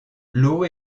l’eau